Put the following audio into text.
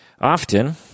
Often